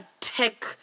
tech